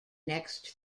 next